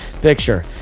picture